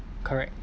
correct